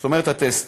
זאת אומרת, הטסטים.